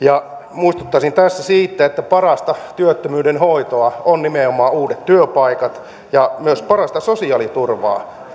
muistuttaisin tässä siitä että parasta työttömyyden hoitoa ovat nimenomaan uudet työpaikat ja myös parasta sosiaaliturvaa